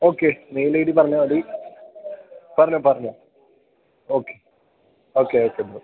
okay mail I D പറഞ്ഞാൽ മതി പറഞ്ഞോ പറഞ്ഞോ ഓക്കെ ഓക്കെ ഓക്കെ ബ്രോ